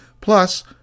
plus